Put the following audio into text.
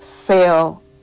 fail